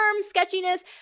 sketchiness